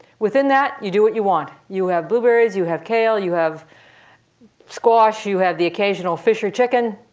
within that, you do what you want. you have blueberries. you have kale. you have squash. you have the occasional fish or chicken.